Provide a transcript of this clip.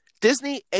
Disney